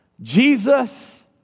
Jesus